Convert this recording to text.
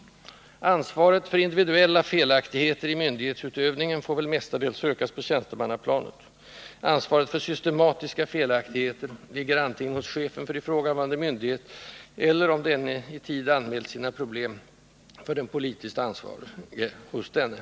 Ansvaret för individuella felaktigheter i myndighetsutövningen får väl mestadels sökas på tjänstemannaplanet. Ansvaret för systematiska felaktigheter ligger antingen hos chefen för ifrågavarande myndighet eller, om denne i tid anmält sina problem för den politiskt ansvarige, hos denne.